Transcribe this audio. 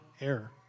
error